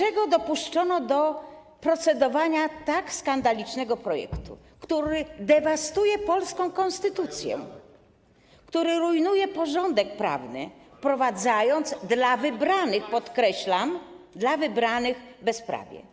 Dlaczego dopuszczono do procedowania nad tak skandalicznym projektem, który dewastuje polską konstytucję, który rujnuje porządek prawny, wprowadzając dla wybranych - podkreślam - dla wybranych bezprawie.